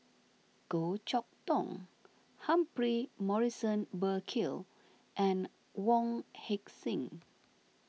Goh Chok Tong Humphrey Morrison Burkill and Wong Heck Sing